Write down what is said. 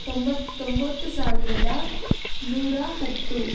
ತೊಂಬತ್ತೊಂಬತ್ತು ಸಾವಿರದ ನೂರಾ ಹತ್ತು